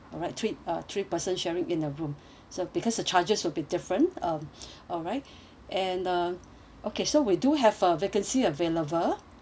alright three uh three person sharing in the room so because the charges will be different um alright and uh okay so we do have a vacancy available